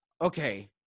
okay